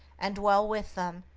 and dwell with them,